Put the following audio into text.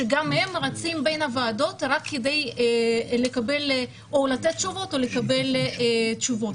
שגם הם רצים בין הוועדות רק כדי לתת תשובות או לקבל תשובות.